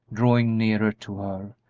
drawing nearer to her,